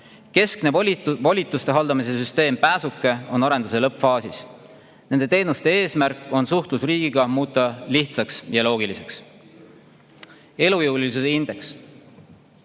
Keskne volituste haldamise süsteem Pääsuke on arenduse lõppfaasis. Nende teenuste eesmärk on suhtlus riigiga muuta lihtsaks ja loogiliseks. Elujõulisuse indeks.